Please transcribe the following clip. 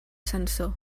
sansor